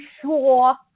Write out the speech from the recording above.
sure